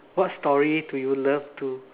what story do you love to